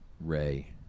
Ray